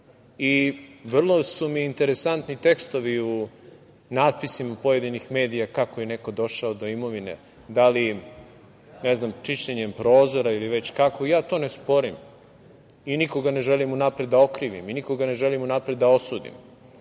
Vrlo su mi interesantni tekstovi u natpisima pojedinih medija kako je neko došao do imovine, da li ne znam čišćenjem prozora ili već kako. Ja to ne sporim i nikoga ne želim unapred da okrivim i nikoga ne želim unapred da osudim,